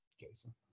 Jason